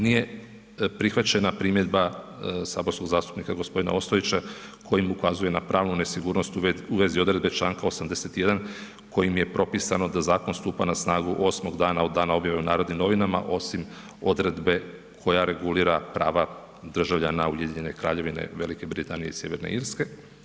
Nije prihvaćena primjedba saborskog zastupnika gospodina Ostojića kojim ukazuje na pravnu nesigurnost u vezi odredbe Članka 81. kojim je propisano da zakon stupa na snagu 8 dana od objave u Narodnim novinama osim odredbe koja regulira prava državljana Ujedinjene Kraljevine Velike Britanije i Sjeverne Irske.